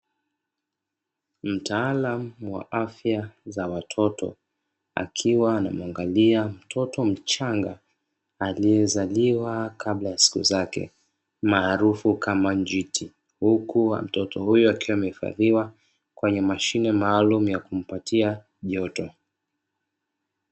Mtaalamu wa afya za watoto akiwa anamuangalia mtoto mchanga aliyezaliwa kabla ya siku zake maarufu kama njiti, huku watoto huyo akiwa amehifadhiwa kwenye mashine maalumu ya kumpatia joto.